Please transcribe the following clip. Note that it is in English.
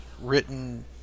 written